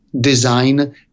design